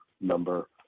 number